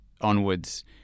onwards